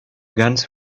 guns